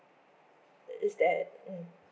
is that mm